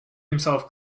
himself